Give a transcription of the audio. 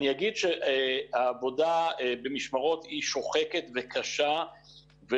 אני אגיד שהעבודה במשמרות היא שוחקת וקשה,